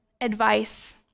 advice